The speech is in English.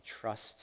trust